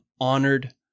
honored